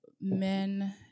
men